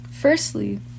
Firstly